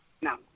No